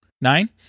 Nine